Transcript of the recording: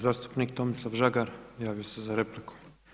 Zastupnik Tomislav Žagar, javio se za repliku.